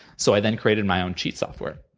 so i then created my own cheat software,